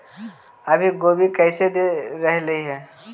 अभी गोभी कैसे दे रहलई हे?